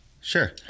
Sure